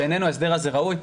בעינינו ההסדר הזה ראוי.